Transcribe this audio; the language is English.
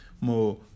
more